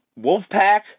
Wolfpack